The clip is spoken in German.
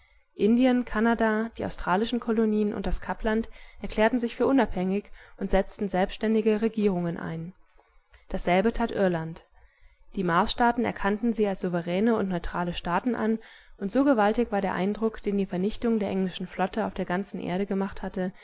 indien kanada die australischen kolonien und das kapland erklärten sich für unabhängig und setzten selbständige regierungen ein dasselbe tat irland die marsstaaten erkannten sie als souveräne und neutrale staaten an und so gewaltig war der eindruck den die vernichtung der englischen flotte auf der ganzen erde gemacht hatte